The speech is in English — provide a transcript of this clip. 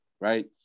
Right